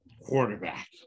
quarterback